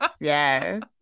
yes